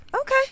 Okay